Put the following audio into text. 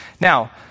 Now